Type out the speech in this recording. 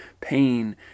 pain